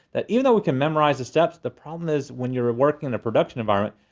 that even though we can memorize the steps, the problem is when you're ah working in a production environment,